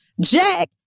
Jack